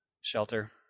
Shelter